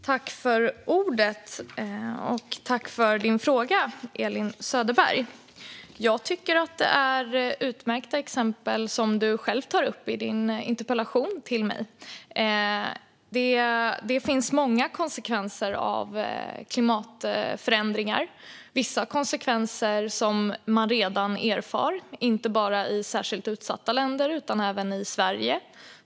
Herr talman! Tack för din fråga, Elin Söderberg! Det är utmärkta exempel som du själv tar upp i din interpellation till mig. Det finns många konsekvenser av klimatförändringar. Vissa konsekvenser erfar man redan inte bara i särskilt utsatta länder utan även i Sverige.